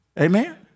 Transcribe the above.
Amen